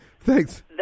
thanks